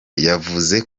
yavuze